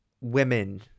women